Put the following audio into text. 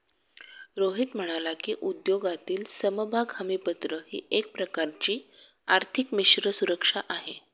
रोहित म्हणाला की, उद्योगातील समभाग हमीपत्र ही एक प्रकारची आर्थिक मिश्र सुरक्षा आहे